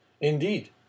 Indeed